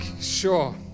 sure